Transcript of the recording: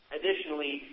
Additionally